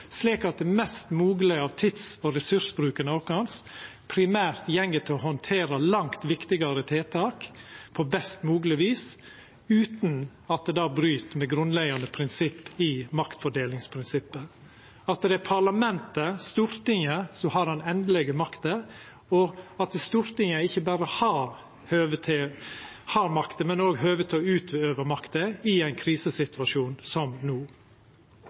slik at mest mogleg av tids- og ressursbruken vår primært går til å handtera langt viktigare tiltak på best mogleg vis, utan at det bryt med grunnleggjande prinsipp i maktfordelingsprinsippet – at det er parlamentet, Stortinget, som har den endelege makta, og at Stortinget ikkje berre har makta, men også høve til å utøva makta i ein krisesituasjon som no.